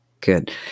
Good